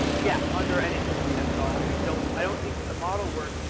yeah, under any circumstance at all. i don't i don't think that the model work,